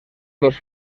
dos